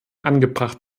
angebracht